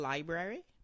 Library